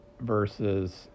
Versus